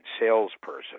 salesperson